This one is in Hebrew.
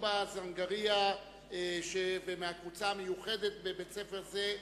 מטובא-זנגרייה ומהקבוצה המיוחדת בבית-ספר זה,